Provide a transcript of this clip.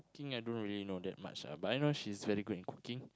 ~king I don't really know that much ah but I know she's very good in cooking